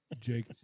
Jake